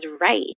right